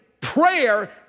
prayer